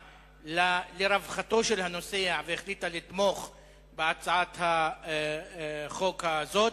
לרווחתו של הנוסע והחליטה לתמוך בהצעת החוק הזאת.